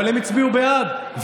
אבל הם הצביעו בעד.